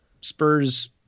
Spurs